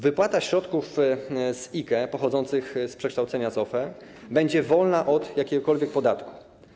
Wypłata środków z IKE pochodzących z przekształcenia z OFE będzie wolna od jakiegokolwiek podatku.